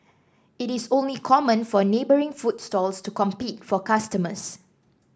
it is only common for neighbouring food stalls to compete for customers